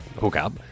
hookup